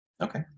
okay